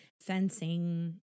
fencing